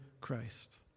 Christ